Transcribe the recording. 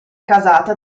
casata